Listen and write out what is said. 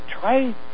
Try